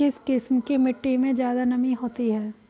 किस किस्म की मिटटी में ज़्यादा नमी होती है?